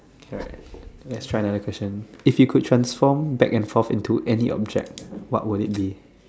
it's alright let's try another question if you could transform back and forth into any object what would it be